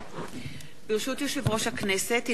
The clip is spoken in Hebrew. ברשות יושב-ראש הכנסת,